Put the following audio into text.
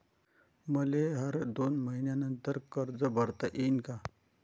मले हर दोन मयीन्यानंतर कर्ज भरता येईन का?